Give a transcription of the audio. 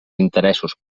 interessos